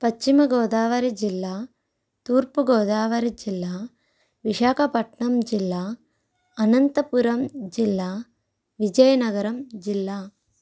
పశ్చిమగోదావరి జిల్లా తూర్పుగోదావరి జిల్లా విశాఖపట్టణం జిల్లా అనంతపురం జిల్లా విజయనగరం జిల్లా